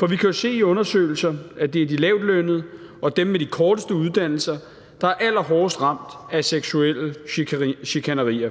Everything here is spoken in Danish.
For vi kan jo se i undersøgelser, at det er de lavtlønnede og dem med de korteste uddannelser, der er allerhårdest ramt af seksuelle chikanerier.